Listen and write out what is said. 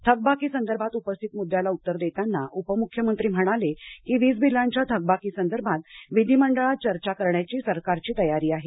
थकबाकीसंदर्भात उपस्थित मुद्याला उत्तर देताना उपमुख्यमंत्री म्हणाले की वीजबिलांच्या थकबाकीसंदर्भात विधीमंडळात चर्चा करण्याची सरकारची तयारी आहे